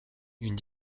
une